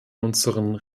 unseren